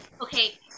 okay